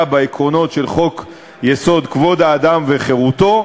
בעקרונות של חוק-יסוד: כבוד האדם וחירותו,